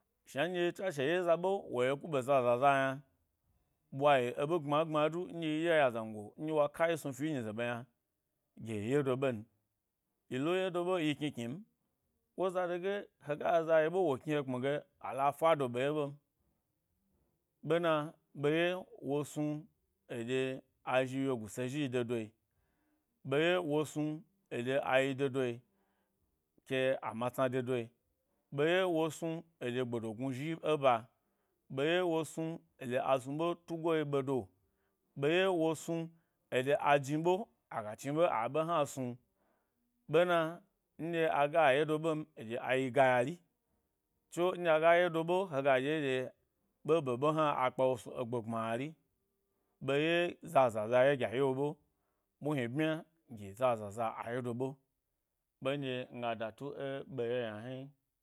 Shna nɗye tswashe ye za ɓ, wa ye kube zaza, yna, ɓwa yi e ɓe gbma gbma du ndye yi ɗye ya a zango nɗye wa kayi sno snu fi e nyi ze ɓe yna, gye yi ye do ɓe n. yi lo ye do be yi kni kni ni, ko zadege. Hega eza ye ɓe, wo kni he kpmi ge la fa do ɓe ye ɓem, ɓe na, ɓeye wo snu eɗye a zhi wyogu se zhi de do yi. Ɓeye wo snu eɗye a yi de doe ke a matsna de doe ɓeye wo snu edye gbe do gnu zhi e ba, ɓeye wo snu edye a snu ɓe tugo ɓedo ɓaye wo snu eɗye a jni ɓe aga chni. ɓe a ɓe hna snu, ɓe na nɗye aga yedo ɓem ayi gayari tso nɗye aga ye do be hega ɗye ɗye ɓeɓe hna akpa wo snu egbe gbmari ɓe ye zâ zâ zâ a yedo ɓe nɗye nga da tu eɓe ye yna hni.